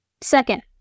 second